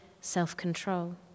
self-control